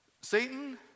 satan